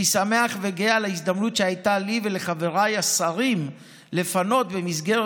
אני שמח וגאה על ההזדמנות שהייתה לי ולחבריי השרים לפנות במסגרת